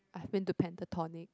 I've been to Pentatonix